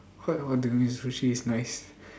what what do you mean sushi is nice